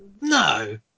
No